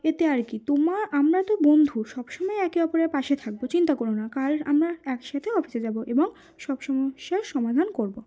এতে আর কী তোমার আমরা তো বন্ধু সবসময় একে অপরের পাশে থাকব চিন্তা করো না কাল আমরা একসাথে অফিসে যাব এবং সব সমস্যার সমাধান করব